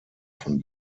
von